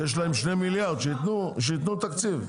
יש להם 2 מיליארד, שיתנו תקציב.